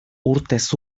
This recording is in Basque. urtez